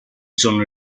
sono